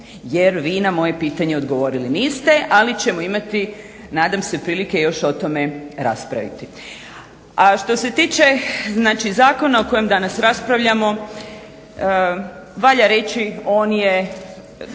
jer vi na moje pitanje odgovorili niste ali ćemo imati nadam se prilike još o tome raspraviti. A što se tiče zakona o kojem danas raspravljamo, valja reći on je